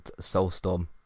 Soulstorm